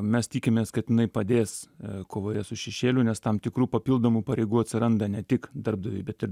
mes tikimės kad jinai padės kovoje su šešėliu nes tam tikrų papildomų pareigų atsiranda ne tik darbdaviui bet ir